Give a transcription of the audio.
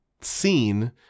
seen